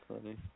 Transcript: funny